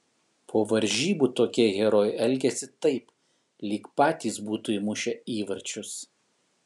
po varžybų tokie herojai elgiasi taip lyg patys būtų įmušę įvarčius